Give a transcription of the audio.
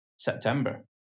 September